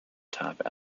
top